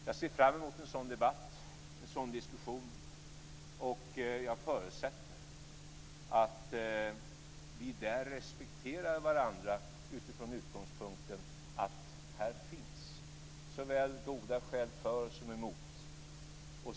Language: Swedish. Jag ser fram emot en sådan debatt, och jag förutsätter att vi där respekterar varandra utifrån utgångspunkten att här finns goda skäl såväl för som emot.